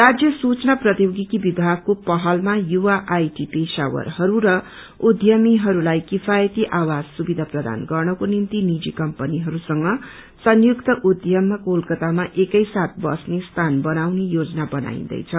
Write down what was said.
राज्य सूचना प्रौचोगिकी विभागको पहलमा युवा आईटी पेश्रेवरहरू र उद्यमीहरूलाई किम्र्यती आवास सुविधा उपलब्ध प्रदान गर्नको निम्ति निजी कम्पनीहरूसँग संयुक्त उद्यममा कलकतामा एकै साथ बस्ने स्थान बनाउने योजना बनाइन्दैछ